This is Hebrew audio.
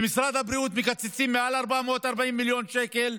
ממשרד הבריאות מקצצים מעל 440 מיליון שקל,